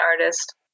artist